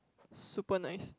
super nice